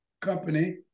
Company